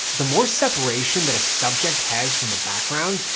the more separation that a subject has from the background,